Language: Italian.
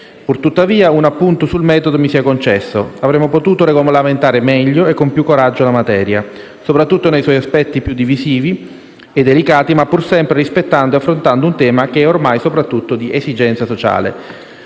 Pur tuttavia, un appunto sul metodo mi sia concesso: avremmo potuto regolamentare meglio e con più coraggio la materia, soprattutto nel suoi aspetti più divisivi e delicati ma pur sempre rispettando e affrontando un tema che è ormai soprattutto di esigenza sociale.